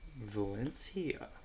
Valencia